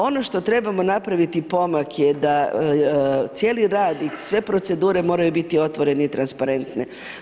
Ono što trebamo napraviti pomak je da cijeli rad i sve procedure moraju biti otvorene i transparentne.